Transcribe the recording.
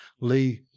Lee